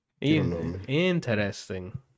Interesting